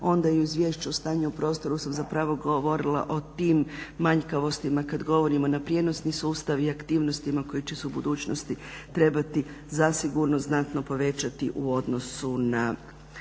onda i u izvješću o stanju u prostoru sam govorila o tim manjkavostima kada govorimo na prijenosni sustav i aktivnostima koji će se u budućnosti trebati zasigurno znatno povećati u odnosu na